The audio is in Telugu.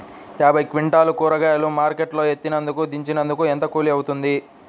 యాభై క్వింటాలు కూరగాయలు మార్కెట్ లో ఎత్తినందుకు, దించినందుకు ఏంత కూలి అవుతుంది?